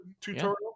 Tutorial